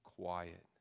quiet